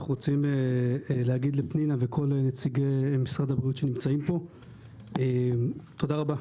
אני רוצה לומר לפנינה ולכל נציגי משר הבריאות שנמצאים פה תודה רבה,